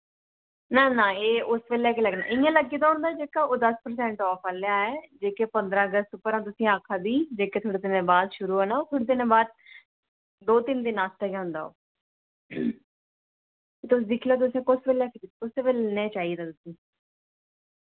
ना ना एह् उस बेल्लै गै लग्गना इ'यां लग्गे दा होंदा जेह्का ओह् दस परसैंट आफ आह्ला ऐ जेह्के पंदरां अगस्त उप्पर अ'ऊं तुसें आखा दी जेह्का थोह्ड़े दिनें बाद शुरू होना ओह् थोह्ड़े दिनें बाद दो तिन्न दिन आस्तै गै होंदा ओह् तुस दिक्खी लैओ तुसें कुस बेल्लै चाहिदा तुसें गी